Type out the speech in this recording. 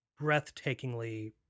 breathtakingly